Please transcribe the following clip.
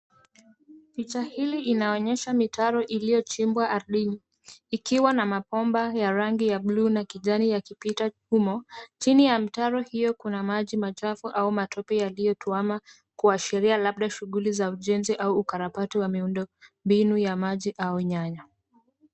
Picha hili inaonyesha mitaro iliyochimbwa ardhini ikiwa na mabomba ya rangi ya blue na kijani yakipita humo. Chini ya mitaro hiyo kuna maji machafu au matope yaliyotuama kuashiria labda shughuli za ujenzi au ukarabati wa miundombinu ya maji au nyanya.